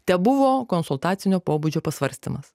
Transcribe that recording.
tebuvo konsultacinio pobūdžio pasvarstymas